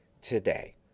today